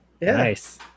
Nice